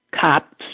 cop's